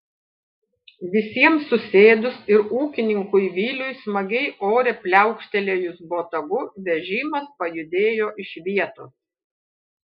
visiems susėdus ir ūkininkui viliui smagiai ore pliaukštelėjus botagu vežimas pajudėjo iš vietos